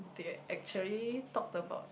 they actually talked about